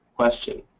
Question